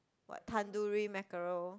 what tandoori mackerel